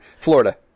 Florida